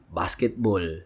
basketball